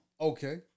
Okay